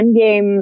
Endgame